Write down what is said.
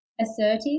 assertive